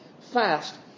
fast